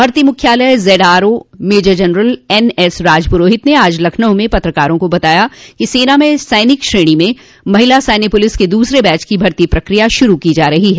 भर्ती मुख्यालय ZRO major general N एसराजपुरोहित ने आज लखनऊ में पत्रकारों को बताया कि सेना में सैनिक श्रेणी में महिला सैन्य पुलिस के दूसरे बैच की भर्ती प्रक्रिया शुरू की जा रही है